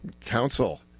Council